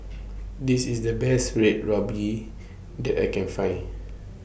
This IS The Best Red Ruby that I Can Find